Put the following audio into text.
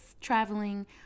traveling